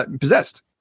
possessed